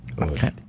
Okay